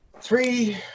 Three